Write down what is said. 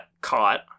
caught